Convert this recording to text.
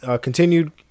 Continued